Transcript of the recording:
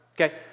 Okay